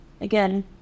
again